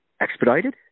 expedited